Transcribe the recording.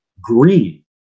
green